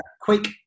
quick